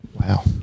Wow